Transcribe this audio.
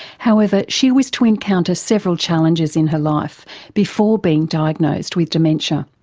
however she was to encounter several challenges in her life before being diagnosed with dementia.